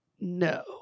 no